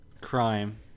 crime